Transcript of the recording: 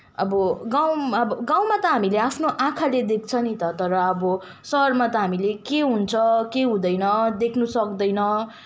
अब गाउँमा अब गाउँमा त हामीले आफ्नो आँखाले देख्छ नि त तर अब सहरमा त हामीले के हुन्छ के हुँदैन देख्न सक्दैन